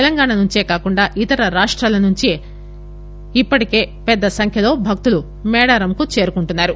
తెలంగాణ నుంచే కాక ఇతర రాష్టాల నుండి ఇప్పటికే పెద్ద సంఖ్యలో భక్తులు మేడారాం చేరుకుంటున్నారు